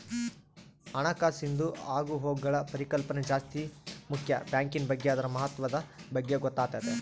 ಹಣಕಾಸಿಂದು ಆಗುಹೋಗ್ಗುಳ ಪರಿಕಲ್ಪನೆ ಜಾಸ್ತಿ ಮುಕ್ಯ ಬ್ಯಾಂಕಿನ್ ಬಗ್ಗೆ ಅದುರ ಮಹತ್ವದ ಬಗ್ಗೆ ಗೊತ್ತಾತತೆ